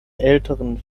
älteren